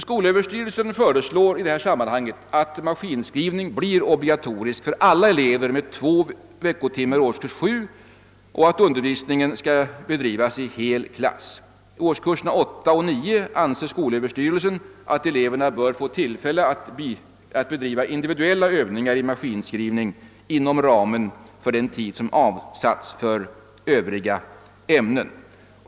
Skolöverstyrelsen föreslår i detta sammanhang att maskinskrivning blir obligatorisk för alla elever med två veckotimmar i årskurs 7 och att undervisningen skall bedrivas i hel klass. I årskurserna 8 och 9 bör eleverna enligt skolöverstyrelsens åsikt få tillfälle att bedriva individuella övningar 1 maskinskrivning inom ramen för den tid som avsatts för övriga ämnen.